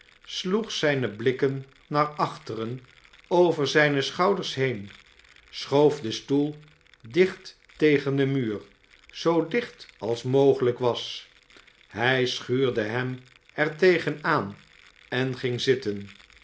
sloeg zijne blikken naar achteren over zijne schouders heen schoof den stoel dicht tegen den muur zoo dicht als mogelijk was hij schuurde hem er tegen aan en ging zitten